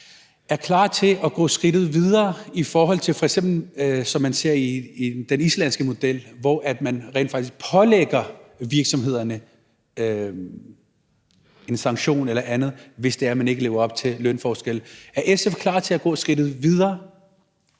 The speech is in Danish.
SF er klar til at gå skridtet videre i forhold til det, man f.eks. ser i den islandske model, hvor man rent faktisk pålægger virksomhederne en sanktion eller andet, hvis de ikke lever op til at gøre noget ved lønforskellene. Er SF klar til at gå skridtet videre?